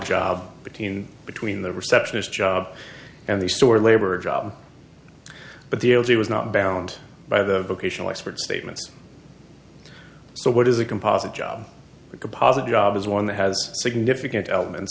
job between between the receptionist job and the store labor job but the l g was not bound by the vocational expert statements so what is a composite job a composite job is one that has significant elements